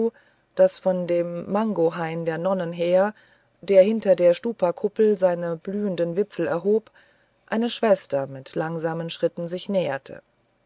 daß von dem mangohaine der nonnen her der hinter der stupakuppel seine blühenden wipfel erhob eine schwester mit langsamen schritten sich näherte